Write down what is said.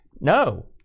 No